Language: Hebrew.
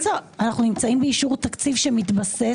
אנחנו נמצאים באישור תקציב שמתבסס